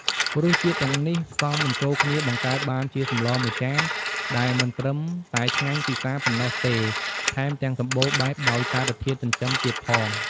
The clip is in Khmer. រសជាតិទាំងនេះផ្សំបញ្ចូលគ្នាបង្កើតបានជាសម្លមួយចានដែលមិនត្រឹមតែឆ្ងាញ់ពិសាប៉ុណ្ណោះទេ ថែមទាំងសម្បូរបែបដោយសារធាតុចិញ្ចឹមទៀតផង។